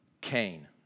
Cain